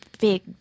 big